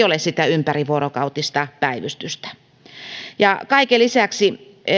ole sitä ympärivuorokautista päivystystä kaiken lisäksi